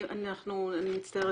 אני מצטערת,